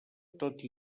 tot